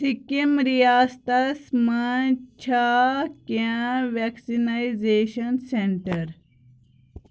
سِکِم ریاستس مَنٛز چھا کیٚنٛہہ وٮ۪کسنیزیشن سٮ۪نٹر